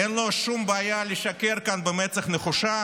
שאין לו שום בעיה לשקר כאן במצח נחושה.